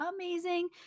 amazing